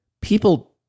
People